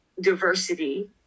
diversity